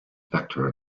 vector